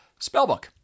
Spellbook